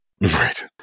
Right